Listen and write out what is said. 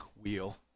Wheel